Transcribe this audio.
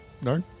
No